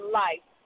life